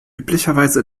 üblicherweise